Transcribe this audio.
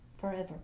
forever